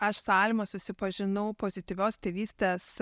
aš su alma susipažinau pozityvios tėvystės